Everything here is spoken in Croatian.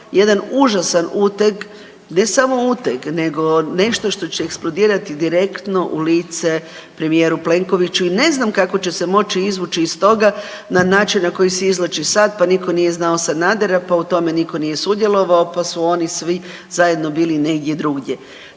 jedan užasan uteg ne samo uteg nego nešto što će eksplodirati direktno u lice premijeru Plenkoviću i ne znam kako će se moći izvući iz toga na način na koji se izvlači sad, pa niko nije znao Sanadera, pa u tome niko nije sudjelovao, pa su oni svi zajedno bili negdje drugdje.